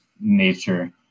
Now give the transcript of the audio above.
nature